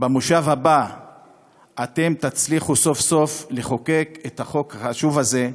במושב הבא אתם תצליחו סוף-סוף לחוקק את החוק החשוב הזה,